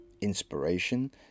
Inspiration